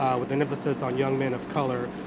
with an emphasis on young men of color,